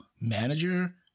manager